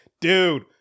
dude